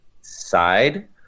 side